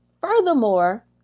Furthermore